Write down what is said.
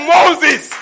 Moses